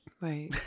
Right